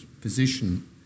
position